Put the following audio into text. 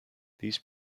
these